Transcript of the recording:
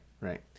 Right